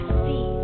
see